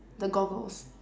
the goggles